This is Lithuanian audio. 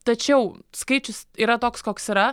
tačiau skaičius yra toks koks yra